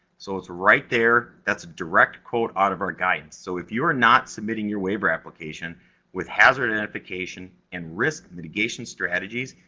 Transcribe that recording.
so, it's right there, that's a direct quote out of our guidance. so, if you are not submitting your waiver application with hazard identification and risk mitigation strategies,